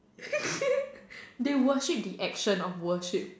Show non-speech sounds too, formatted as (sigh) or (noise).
(laughs) the worship the action of worship